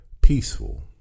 peaceful